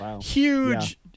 huge